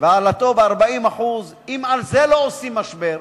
והעלאת התעריפים ב-40% אם על זה לא עושים משבר,